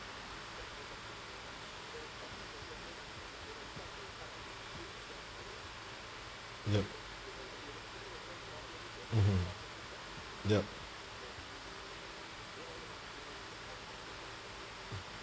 yup mmhmm yup